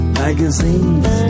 magazines